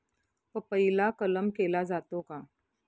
पपईला कलम केला जातो का?